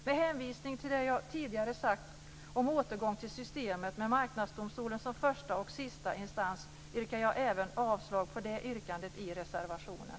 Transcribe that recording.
Med hänvisning till det jag tidigare har sagt om återgång till systemet med Marknadsdomstolen som första och sista instans yrkar jag även avslag på det yrkandet i reservationen.